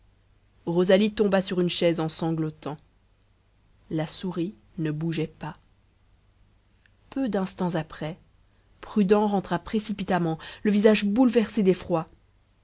rosalie tomba sur une chaise en sanglotant la souris ne bougeait pas peu d'instants après prudent rentra précipitamment le visage bouleversé d'effroi